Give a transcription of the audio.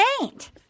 paint